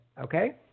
okay